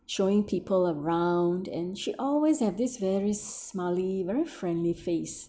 showing people around and she always have this very smiley very friendly face